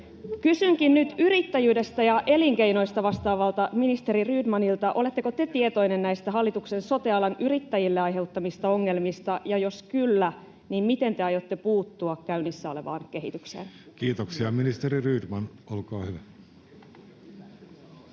Kysynkin nyt yrittäjyydestä ja elinkeinoista vastaavalta ministeri Rydmanilta: oletteko te tietoinen näistä hallituksen sote-alan yrittäjille aiheuttamista ongelmista, ja jos kyllä, niin miten te aiotte puuttua käynnissä olevaan kehitykseen? Kiitoksia. — Ministeri Rydman, olkaa hyvä.